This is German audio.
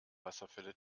wasserfälle